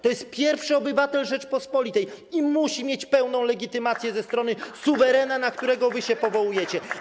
To jest pierwszy obywatel Rzeczypospolitej i musi on mieć pełną legitymację ze strony suwerena, na którego wy się powołujecie.